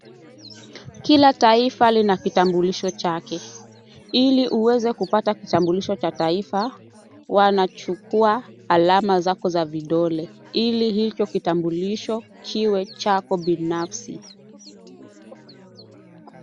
Kila taifa lina kitambulisho chake ili uweze kupata kitambulisho chako wanachukua alama zako za vidole ili hicho kitambulisho kiwe chako binafsi.